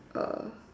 uh